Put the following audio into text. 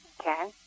Okay